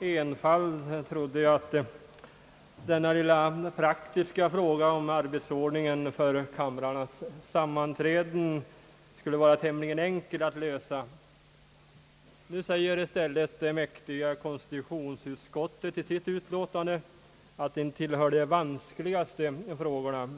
enfald trodde jag att denna lilla praktiska fråga om arbetsordningen för kamrarnas sammanträden skulle vara tämligen enkel att lösa. Nu säger i stället det mäktiga konstitutionsutskottet i sitt utlåtande, att den tillhör de vanskligaste frågorna.